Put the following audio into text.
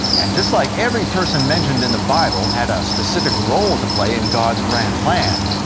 and just like every person mentioned in the bible had a specific role to play in god's grand plan,